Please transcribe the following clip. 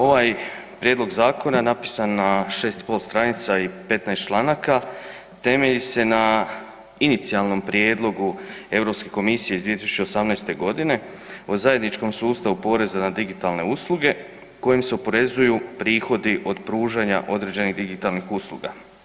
Ovaj prijedlog zakona napisan na 6,5 stranica i 15 članaka temelji se na inicijalnom prijedlogu Europske komisije iz 2018.g. o zajedničkom sustavu poreza na digitalne usluge kojim se oporezuju prihodi od pružanja određenih digitalnih usluga.